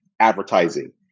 advertising